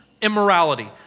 immorality